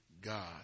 God